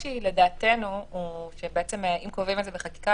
הקושי לדעתנו הוא שאם קובעים את זה בחקיקה